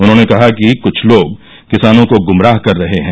उन्होंने कहा कि कुछ लोग किसानों को गुमराह कर रहे हैं